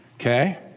okay